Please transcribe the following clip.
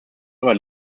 aber